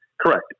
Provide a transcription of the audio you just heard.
Correct